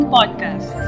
Podcast